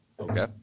Okay